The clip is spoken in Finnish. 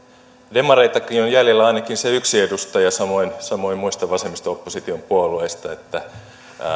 demareitakin on jäljellä ainakin se yksi edustaja samoin samoin muista vasemmisto opposition puolueista niin että